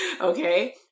okay